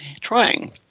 trying